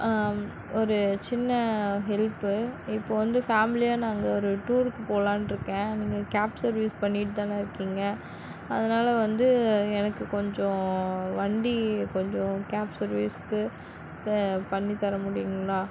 ஒரு சின்ன ஹெல்ப்பு இப்போ வந்து ஃபேமிலியாக நாங்கள் ஒரு டூருக்கு போகலான்ருக்கேன் நீங்கள் கேப் சர்வீஸ் பண்ணிட்டுத்தானே இருக்கீங்க அதனால வந்து எனக்கு கொஞ்சம் வண்டி கொஞ்சம் கேப் சர்வீஸுக்கு பண்ணித்தர முடியுங்களா